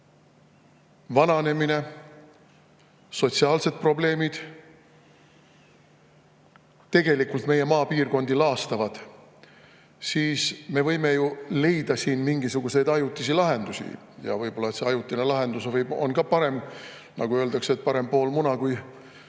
vananemine, sotsiaalsed probleemid meie maapiirkondi laastavad, siis me võime ju leida siin mingisuguseid ajutisi lahendusi ja võib-olla see ajutine lahendus [veidi aitab ka]. Nagu öeldakse, parem pool muna kui